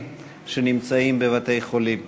שנמצאים בבתי-חולים.